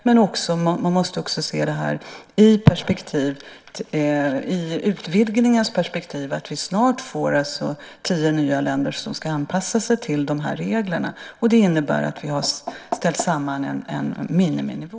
Man måste också se det i utvidgningens perspektiv. Vi får snart tio nya länder som snart ska anpassa sig till reglerna. Det innebär att vi har ställt samman en miniminivå.